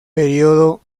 periodo